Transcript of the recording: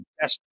best